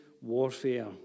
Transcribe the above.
warfare